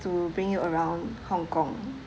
to bring you around hong kong